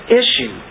issue